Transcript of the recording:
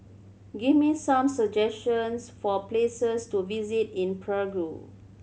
give me some suggestions for places to visit in Prague